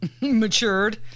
Matured